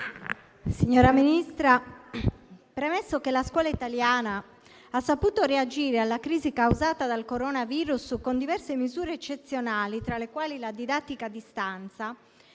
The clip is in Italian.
signor Ministro, premesso che la scuola italiana ha saputo reagire alla crisi causata dal coronavirus con diverse misure eccezionali, tra le quali la didattica a distanza,